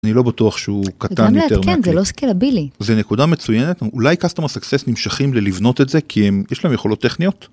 אני לא בטוח שהוא קטן. וגם לעדכן זה לא סקלבילי. זה נקודה מצויינת, אולי customer success נמשכים ללבנות את זה כי יש להם יכולות טכניות.